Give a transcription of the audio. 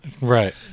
Right